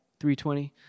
320